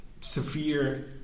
severe